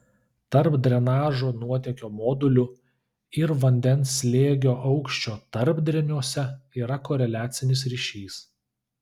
tarp drenažo nuotėkio modulių ir vandens slėgio aukščio tarpdreniuose yra koreliacinis ryšys